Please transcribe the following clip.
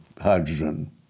hydrogen